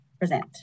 present